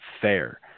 fair